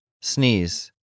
sneeze